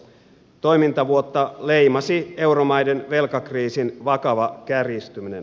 toimintavuotta leimasi euromaiden velkakriisin vakava kärjistyminen